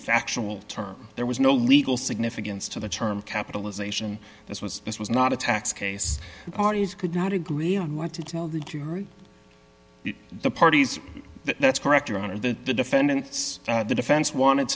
factual term there was no legal significance to the term capitalization this was this was not a tax case parties could not agree on what to tell the curate the parties that's correct your honor the defendants and the defense wanted